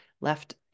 left